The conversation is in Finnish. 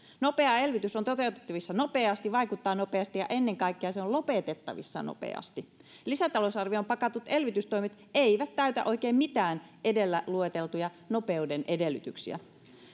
nopea elvytys on toteutettavissa nopeasti vaikuttaa nopeasti ja ennen kaikkea se on lopetettavissa nopeasti lisätalousarvioon pakatut elvytystoimet eivät täytä oikein mitään edellä lueteltuja nopeuden edellytyksiä